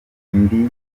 indi